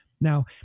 Now